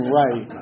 right